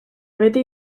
vete